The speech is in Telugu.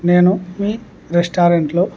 నేను మీ రెస్టారెంట్లో